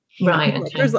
Right